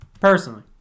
personally